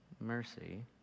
mercy